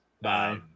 Bye